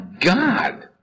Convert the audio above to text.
God